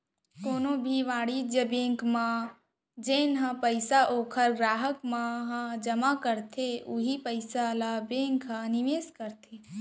कोनो भी वाणिज्य बेंक मन ह जेन पइसा ओखर गराहक मन ह जमा करथे उहीं पइसा ल बेंक ह निवेस करथे